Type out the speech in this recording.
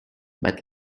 but